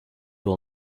will